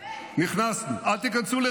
אל תיכנסו לח'אן יונס,